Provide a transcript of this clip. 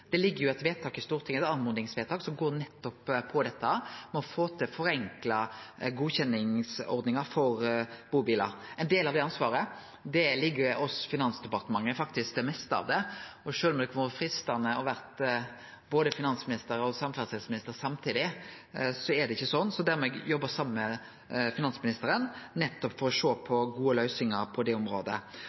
ligg det eit oppmodingsvedtak som går på nettopp dette med å få til forenkla godkjenningsordningar for bubilar. Ein del av det ansvaret ligg hos Finansdepartementet, faktisk det meste av det, og sjølv om det kunne ha vore freistande å ha vore både finansminister og samferdselsminister samtidig, er det ikkje sånn, så der må eg jobbe saman med finansministeren nettopp for å sjå på gode løysingar på det området.